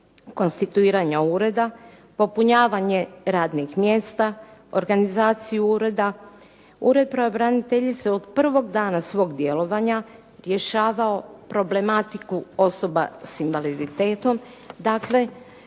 konstituiranja ureda, popunjavanje radnih mjesta, organizaciju ureda, ured pravobraniteljice od prvog dana svog djelovanja rješavao problematiku osoba s invaliditetom. Dakle,